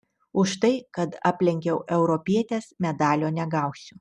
už tai kad aplenkiau europietes medalio negausiu